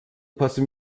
passen